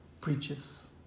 preaches